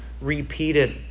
repeated